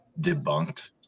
debunked